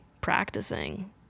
practicing